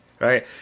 right